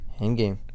Endgame